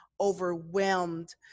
overwhelmed